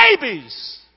babies